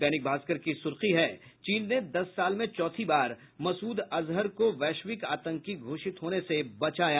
दैनिक भास्कर की सुर्खी है चीन ने दस साल में चौथी बार मसूद अजहर को वैश्विक आतंकी घोषित होने से बचाया